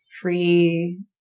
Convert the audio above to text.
free